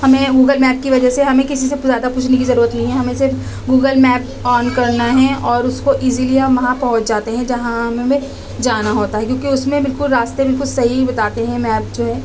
ہمیں Google map کی وجہ سے ہمیں کسی سے زیادہ پوچھنے کی ضرورت نہیں ہے ہمیں صرف گوگل میپ آن کرنا ہے اور اس کو ایزیلی ہم وہاں پہنچ جاتے ہیں جہاں ہمیں جانا ہوتا ہے کیونکہ اس میں بالکل راستے بالکل صحیح بتاتے ہیں میپ جو ہے